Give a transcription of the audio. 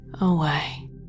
away